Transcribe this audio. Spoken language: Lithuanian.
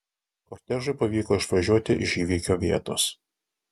kortežui pavyko išvažiuoti iš įvykio vietos